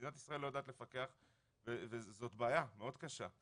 מדינת ישראל לא יודעת לפקח וזו בעיה מאוד קשה,